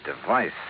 device